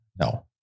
No